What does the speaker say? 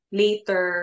later